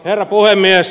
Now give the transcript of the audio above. herra puhemies